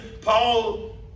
Paul